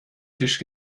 tisch